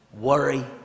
worry